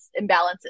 imbalances